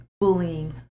bullying